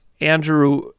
Andrew